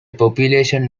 population